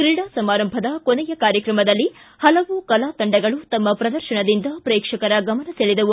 ಕ್ರೀಡಾ ಸಮಾರಂಭದ ಕೊನೆಯ ಕಾರ್ಯಕ್ರಮದಲ್ಲಿ ಹಲವು ಕಲಾತಂಡಗಳು ತಮ್ಮ ಪ್ರದರ್ಶನದಿಂದ ಪ್ರೇಕ್ಷಕರ ಗಮನ ಸೆಳೆದವು